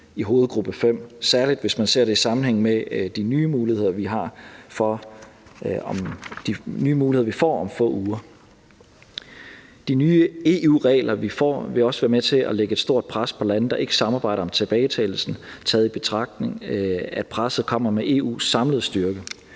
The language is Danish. i hovedgruppe 5, særlig hvis man ser det i sammenhæng med de nye muligheder, vi får om få uger. De nye EU-regler, vi får, vil også være med til at lægge et stort pres på lande, der ikke samarbejder om tilbagetagelse, taget i betragtning at presset kommer med EU's samlede styrke.